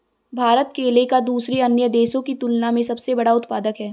भारत केले का दूसरे अन्य देशों की तुलना में सबसे बड़ा उत्पादक है